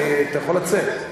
אתה יכול לצאת.